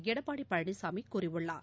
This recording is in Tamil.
எடப்பாடிபழனிசாமிகூறியுள்ளார்